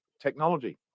technology